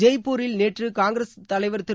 ஜெய்ப்பூரில் நேற்று காங்கிரஸ் தலைவர் திரு